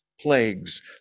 plagues